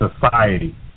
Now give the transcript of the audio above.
society